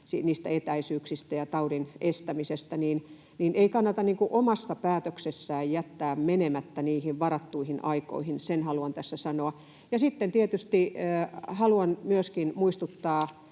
niistä etäisyyksistä ja taudin estämisestä, niin ei kannata omasta päätöksestään jättää menemättä niihin varattuihin aikoihin. Sen haluan tässä sanoa. Sitten tietysti haluan myöskin muistuttaa